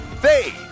Fade